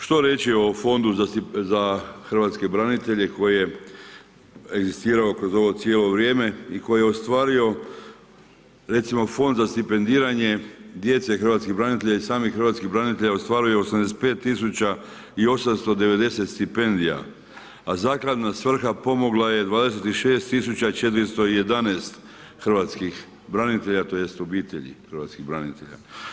Što reći o Fondu za hrvatske branitelje koji je egzistirao kroz ovo cijelo vrijeme i koji je ostvario recimo, Fond za stipendiranje djece hrvatskih branitelja i samih hrvatskih branitelja ostvario je 85 tisuća i 890 stipendija, a zakladna svrha pomogla je 26411 hrvatskih branitelja tj. obitelji hrvatskih branitelja.